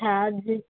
چھاچھ